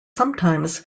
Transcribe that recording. sometimes